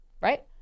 Right